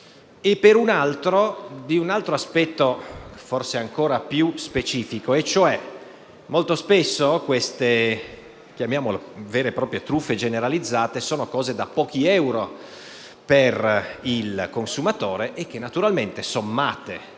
per un altro aspetto, forse ancor più specifico: molto spesso queste vere e proprie truffe generalizzate sono cose da pochi euro per il consumatore, ma naturalmente sommate